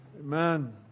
Amen